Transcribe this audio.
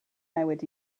newid